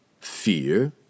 Fear